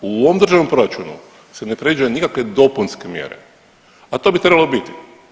U ovom državnom proračunu se ne predviđa nikakve dopunske mjere, a to bi trebalo biti.